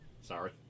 Sorry